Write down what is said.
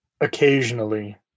occasionally